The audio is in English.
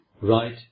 right